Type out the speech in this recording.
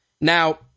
Now